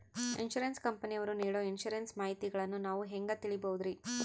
Insurance ಕಂಪನಿಯವರು ನೇಡೊ insurance ಮಾಹಿತಿಗಳನ್ನು ನಾವು ಹೆಂಗ ತಿಳಿಬಹುದ್ರಿ?